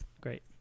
Great